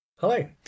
Hello